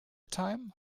time